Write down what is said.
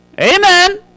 Amen